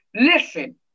listen